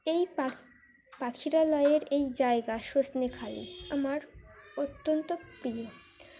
এই পা পাখিরালয়ের এই জায়গা সজনেখালি আমার অত্যন্ত প্রিয়